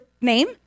name